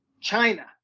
China